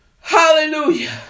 Hallelujah